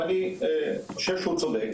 ואני חושב שהוא צודק,